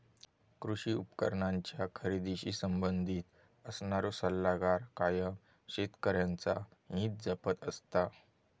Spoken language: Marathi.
कृषी उपकरणांच्या खरेदीशी संबंधित असणारो सल्लागार कायम शेतकऱ्यांचा हित जपत असता